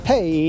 Hey